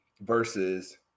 versus